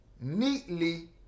neatly